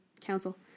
council